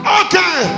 okay